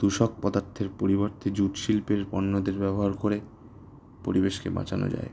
দূষক পদার্থের পরিবর্তে জুট শিল্পের পণ্যদের ব্যবহার করে পরিবেশকে বাঁচানো যায়